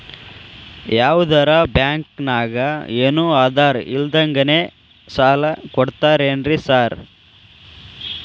ಯಾವದರಾ ಬ್ಯಾಂಕ್ ನಾಗ ಏನು ಆಧಾರ್ ಇಲ್ದಂಗನೆ ಸಾಲ ಕೊಡ್ತಾರೆನ್ರಿ ಸಾರ್?